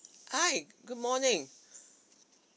hi good morning